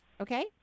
Okay